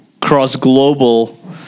cross-global